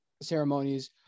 ceremonies